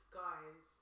guys